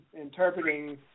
interpreting